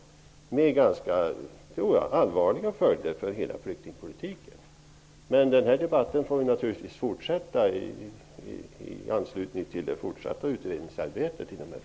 Detta kan få ganska allvarliga följder för hela flyktingpolitiken. Debatten måste naturligtvis fortsätta i anslutning till det fortsatta utredningsarbetet av frågan.